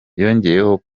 yongeyeho